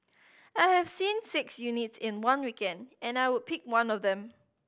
I have seen six unit in one weekend and I would pick one of them